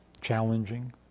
challenging